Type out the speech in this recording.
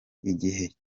igihe